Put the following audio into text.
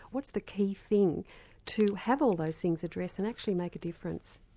what's the key thing to have all those things addressed and actually make a difference?